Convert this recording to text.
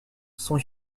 sont